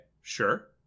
sure